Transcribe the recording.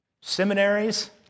seminaries